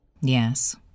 Yes